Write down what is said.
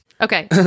Okay